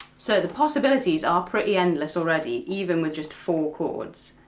so the possibilities are pretty endless already, even with just four chords.